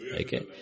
Okay